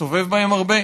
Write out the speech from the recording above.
מסתובב בהן הרבה.